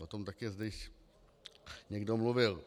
O tom také zde již někdo mluvil.